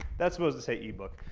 that's supposed to say ebook.